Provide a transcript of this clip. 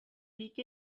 pick